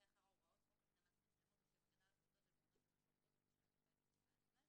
אחר הוראות חוק התקנת מצלמות לשם הגנה על פעוטות במעונות יום לפעוטות,